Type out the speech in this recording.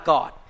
God